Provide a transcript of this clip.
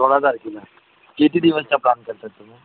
सोळा तारखेला किती दिवसाचा प्लान करता आहात तुम्ही